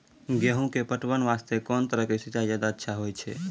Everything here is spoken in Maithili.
गेहूँ के पटवन वास्ते कोंन तरह के सिंचाई ज्यादा अच्छा होय छै?